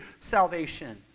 salvation